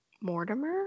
Mortimer